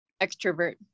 Extrovert